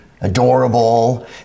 adorable